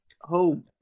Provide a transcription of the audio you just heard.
home